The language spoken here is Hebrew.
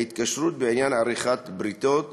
ההתקשרות בעניין עריכת בריתות